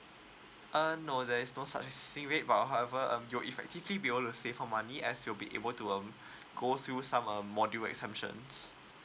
uh no there's no such but however um your effectively be for money as you'll be able to um go through some um module exemptions